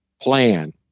plan